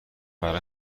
برای